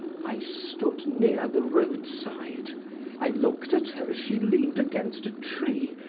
i stood near the roadside i looked at her as she leaned against a tree,